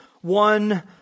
one